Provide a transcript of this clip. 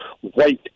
white